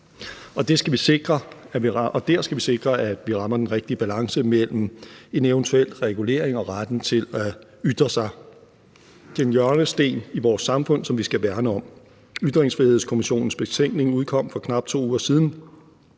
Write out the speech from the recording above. der skal vi sikre, at vi rammer den rigtige balance mellem en eventuel regulering og retten til at ytre sig. Det er en hjørnesten i vores samfund, som vi skal værne om. Ytringsfrihedskommissionens betænkning udkom for knap 2 uger siden,